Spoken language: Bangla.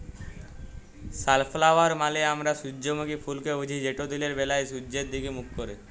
সালফ্লাওয়ার মালে আমরা সূজ্জমুখী ফুলকে বুঝি যেট দিলের ব্যালায় সূয্যের দিগে মুখ ক্যারে